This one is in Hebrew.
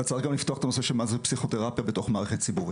אבל צריך גם לפתוח את הנושא של מה זו פסיכותרפיה בתוך מערכת ציבורית.